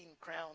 crown